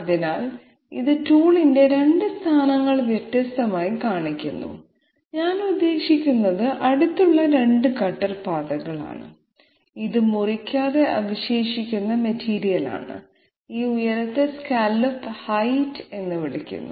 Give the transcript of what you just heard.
അതിനാൽ ഇത് ടൂളിന്റെ രണ്ട് സ്ഥാനങ്ങൾ വ്യത്യസ്തമായി കാണിക്കുന്നു ഞാൻ ഉദ്ദേശിക്കുന്നത് അടുത്തുള്ള രണ്ട് കട്ടർ പാതകളാണ് ഇത് മുറിക്കാതെ അവശേഷിക്കുന്ന മെറ്റീരിയലാണ് ഈ ഉയരത്തെ സ്കല്ലോപ്പ് ഹൈറ്റ് എന്ന് വിളിക്കുന്നു